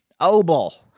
Obel